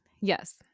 yes